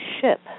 ship